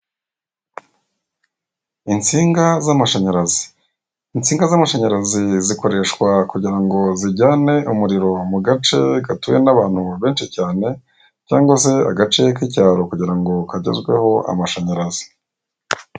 Insinga z'amashanyarazi, insinga z'amashanyarazi zikoreshwa kugira ngo zijyane umuriro mu gace gatuwe n'abantu benshi cyane cyangwa se agace k'icyaro kugira ngo kagezweho amashanyarazi.